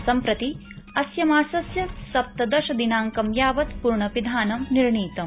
सम्प्रति अस्य मासस्य सप्तदशदिनांकम् यावत् पूर्णपिधानं निर्णितम्